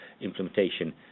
implementation